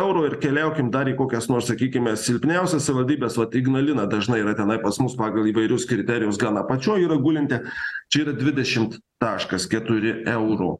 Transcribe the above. eurų ir keliaukim dar į kokias nors sakykime silpniausias savivaldybes vat ignalina dažnai yra tenai pas mus pagal įvairius kriterijus gana apačioj yra gulinti čia ir dvidešimt taškas keturi euro